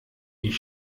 ich